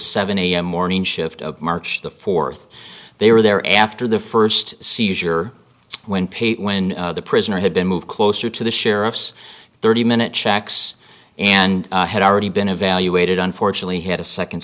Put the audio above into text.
seven am morning shift of march the fourth they were there after the first seizure when pay when the prisoner had been moved closer to the sheriff's thirty minute checks and had already been evaluated unfortunately had a second